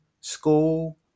school